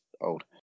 old